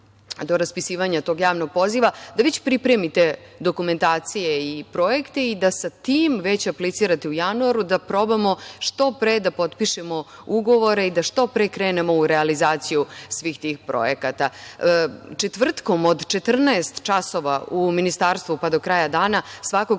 do raspisivanja tog javnog poziva, da već pripremite dokumentacije i projekte i da sa tim već aplicirate u januaru, da probamo što pre da potpišemo ugovore i da što pre krenemo u realizaciju svih tih projekata. Svakog četvrtka od 14.00 časova pa do kraja dana se